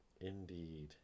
Indeed